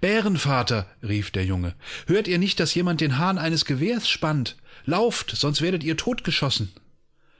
bärenvater rief der junge hört ihr nicht daß jemand den hahn eines gewehrsspannt lauft sonstwerdetihrtotgeschossen